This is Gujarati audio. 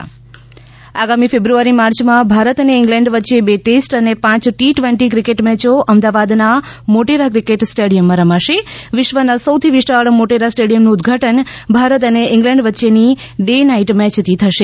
ૈ આગામી ફેબુઆરી માર્ચમાં ભારત અને ઇંગ્લેન્ડ વચ્ચે બે ટેસ્ટ અને પાંચ ટી ટ્વેન્ટી ક્રિકેટ મેચો અમદાવાદના મોટેરા ક્રિકેટ સ્ટેડિયમમાં રમાશે વિશ્વના સૌથી વિશાળ મોટેરા સ્ટેડિયમનું ઉદઘાટન ભારત અને ઇંગ્લેન્ડ વચ્ચેની ડે નાઇટ મેચથી થશે